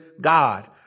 God